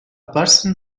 person